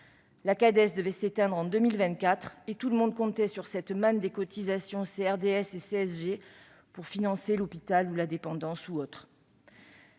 La Cades devait s'éteindre en 2024, et tout le monde comptait sur la manne des cotisations CRDS et CSG pour financer l'hôpital ou la dépendance.